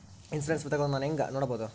Insurance ವಿಧಗಳನ್ನ ನಾನು ಹೆಂಗ ನೋಡಬಹುದು?